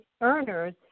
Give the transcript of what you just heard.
earners